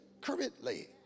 currently